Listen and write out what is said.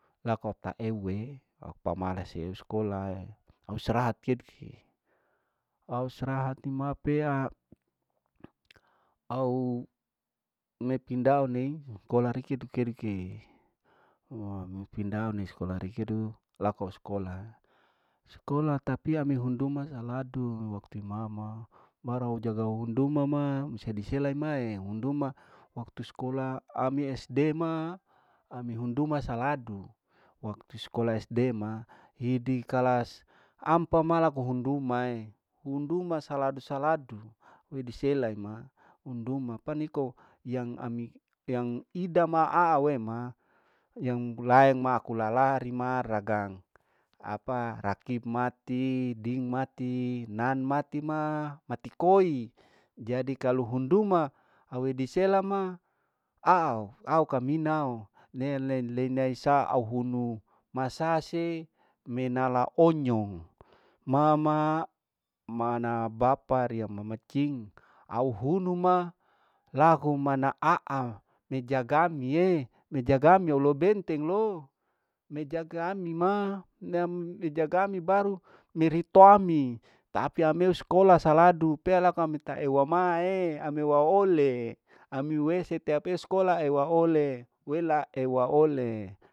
Laku taewe au pamalae ewee skolae au strahat au strahat me pea au mikindau ni skola mike tukerike mikindau mi skola rikedu laku au skolae skola tapi ami hinduma saladu waktu imama baru au jagau hunduma ma bida disela emae hunduma waktu skola ami sd ma ami hunduma saladu waktu skola sd ma hidi kalas ampa ma laku hundumae, hunduma saladu saladu wedi sema ima hunduma paniko yang da ma aau ema yang gulaeng ma aku lalai ma ragang. apa rakib mati, ding mati, nan mati ma mati koi jadi kalu hunduma au wedi sela ma aau au kaminao le lei lei nai saa au hunu masase menala onyong mama ma mana bapa riya mama cing au hunu ma laku mana aau mi jaga mie mi jagami oulou bentengo me jaga ami ma neam mi jagami, baru miritoami tapi amiu skola saladu pealaku ami taewamae ami waole ami wese tea pi skolae ewaole wela e waole.